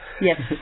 Yes